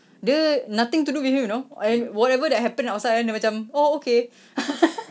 dia nothing to do with him you know eh whatever that happen outside eh dia macam oh okay